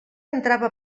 entrava